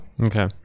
Okay